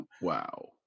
Wow